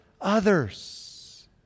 others